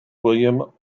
william